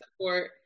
support